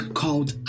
called